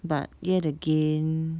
but yet again